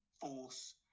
force